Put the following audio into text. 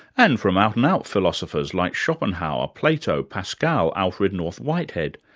and from out-and-out philosophers like schopenhauer, plato, pascal, alfred north whitehead.